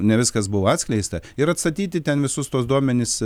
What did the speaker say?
ne viskas buvo atskleista ir atstatyti ten visus tuos duomenis